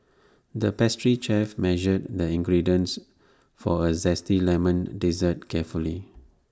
the pastry chef measured the ingredients for A Zesty Lemon Dessert carefully